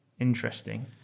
Interesting